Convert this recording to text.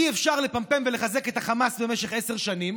אי-אפשר לפמפם ולחזק את החמאס במשך עשר שנים